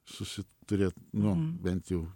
susiturėt nu bent jau